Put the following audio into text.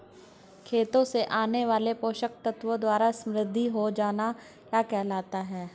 खेतों से आने वाले पोषक तत्वों द्वारा समृद्धि हो जाना क्या कहलाता है?